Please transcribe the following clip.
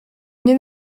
nie